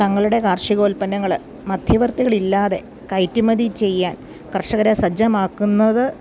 തങ്ങളുടെ കാർഷികോൽപ്പന്നങ്ങള് മധ്യവർത്തികളില്ലാതെ കയറ്റുമതി ചെയ്യാൻ കർഷകരെ സജ്ജമാക്കുന്നത്